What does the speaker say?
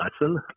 lesson